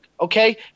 Okay